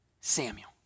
Samuel